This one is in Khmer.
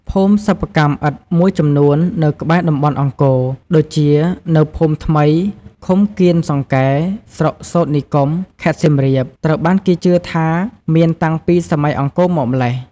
ភូមិសិប្បកម្មឥដ្ឋមួយចំនួននៅក្បែរតំបន់អង្គរ ដូចជានៅភូមិថ្មី ឃុំកៀនសង្កែ ស្រុកសូទ្រនិគម ខេត្តសៀមរាប ត្រូវបានគេជឿថាមានតាំងពីសម័យអង្គរមកម្ល៉េះ។